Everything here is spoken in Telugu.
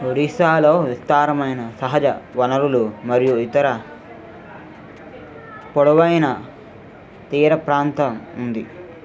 ఒడిశాలో విస్తారమైన సహజ వనరులు మరియు ఇతర పొడవైన తీరప్రాంతం ఉంది